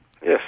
Yes